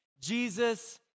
Jesus